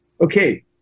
okay